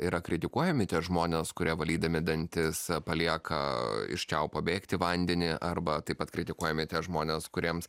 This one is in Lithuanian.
yra kritikuojami tie žmonės kurie valydami dantis palieka iš čiaupo bėgti vandenį arba taip pat kritikuojami tie žmonės kuriems